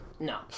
No